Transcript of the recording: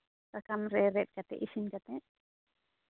ᱥᱟᱠᱟᱢ ᱨᱮ ᱨᱮᱫ ᱠᱟᱛᱮᱫ ᱤᱥᱤᱱ ᱠᱟᱛᱮᱫ